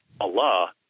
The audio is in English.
Allah